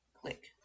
Click